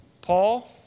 Paul